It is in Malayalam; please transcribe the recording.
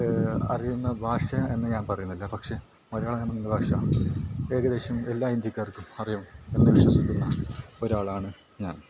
അറിയുന്ന ഭാഷ എന്ന് ഞാൻ പറയുന്നില്ല പക്ഷേ മലയാളം എന്ന ഭാഷ ഏകദേശം എല്ലാ ഇന്ത്യക്കാർക്കും അറിയാം എന്ന് വിശ്വസിക്കുന്ന ഒരാളാണ് ഞാൻ